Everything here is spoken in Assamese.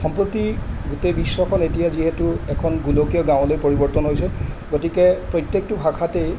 সম্প্ৰতি গোটেই বিশ্বখন এতিয়া যিহেতু এখন গোলকীয় গাঁৱলৈ পৰিৱৰ্তন হৈছে গতিকে প্ৰত্যেকটো ভাষাতেই